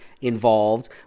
involved